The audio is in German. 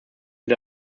wir